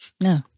No